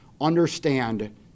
understand